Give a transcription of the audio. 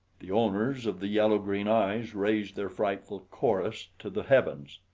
the owners of the yellow-green eyes raised their frightful chorus to the heavens.